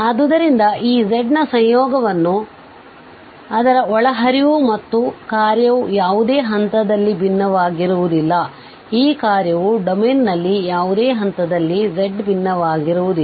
ಆದ್ದರಿಂದ ಈ z ನ ಸಂಯೋಗವನ್ನು ಅದರ ವಾದ ಅದರ ಒಳಹರಿವು ಮತ್ತು ಈ ಕಾರ್ಯವು ಯಾವುದೇ ಹಂತದಲ್ಲಿ ಭಿನ್ನವಾಗಿರುವುದಿಲ್ಲ ಈ ಕಾರ್ಯವು ಡೊಮೇನ್ನಲ್ಲಿ ಯಾವುದೇ ಹಂತದಲ್ಲಿ z ಭಿನ್ನವಾಗಿರುವುದಿಲ್ಲ